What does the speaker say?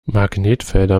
magnetfelder